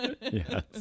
Yes